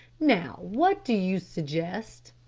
now what do you suggest?